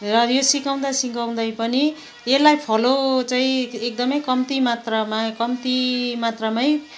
र यो सिकाउँदा सिकाउँदै पनि यसलाई फलो चाहिँ एकदमै कम्ती मात्रामा कम्ती मात्रामै